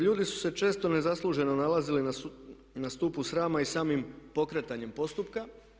Ljudi su se često nezasluženo nalazili na stupu srama i samim pokretanjem postupka.